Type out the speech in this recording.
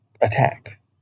attack